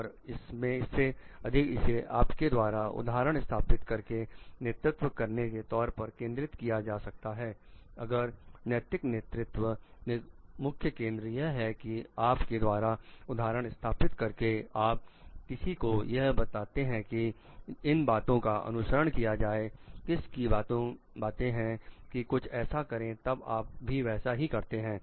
और इससे अधिक इसे आपके द्वारा उदाहरण स्थापित करके नेतृत्व करने के तौर पर केंद्रित किया जा सकता है अगर नैतिक नेतृत्व में मुख्य केंद्र यह है कि आप के द्वारा उदाहरण स्थापित करके आप किसी को यह बताते हैं कि इन बातों का अनुसरण किया जाए किसी को बताते हैं कि कुछ ऐसा करें तब आप भी वैसा ही करते हैं